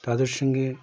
তাদের সঙ্গে